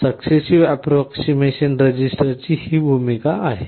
successive approximation रजिस्टरची ही भूमिका आहे